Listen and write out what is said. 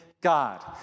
God